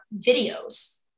videos